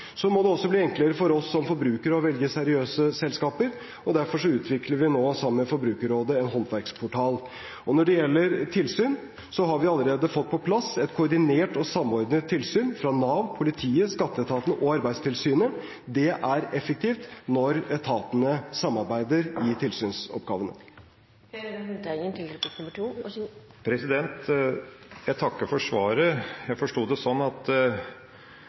Så må det også bli enklere for oss som forbrukere å velge seriøse selskaper. Derfor utvikler vi nå sammen med Forbrukerrådet en håndverkerportal. Og når det gjelder tilsyn, har vi allerede fått på plass et koordinert og samordnet tilsyn fra Nav, politiet, skatteetaten og Arbeidstilsynet. Det er effektivt når etatene samarbeider om tilsynsoppgavene. Jeg takker for svaret. Jeg forsto det sånn at et seriøst selskap er et som holder seg innenfor lovverket. Et useriøst selskap er et som holder seg utenfor. Det betyr at